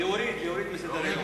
להוריד מסדר-היום.